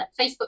Facebook